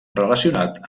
relacionat